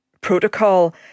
protocol